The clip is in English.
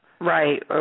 right